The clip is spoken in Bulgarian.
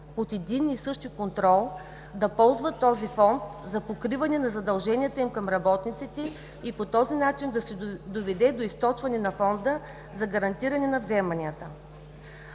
под един и същ контрол да ползват този Фонд за покриване на задълженията им към работниците и по този начин да се доведе до източване на Фонда за гарантиране на вземанията.